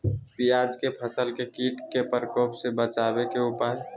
प्याज के फसल के कीट के प्रकोप से बचावे के उपाय?